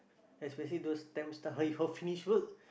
especially those temp staff you all finish work